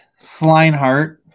Slinehart